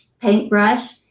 Paintbrush